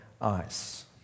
eyes